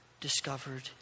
discovered